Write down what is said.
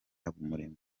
habumuremyi